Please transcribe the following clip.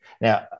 Now